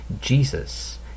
Jesus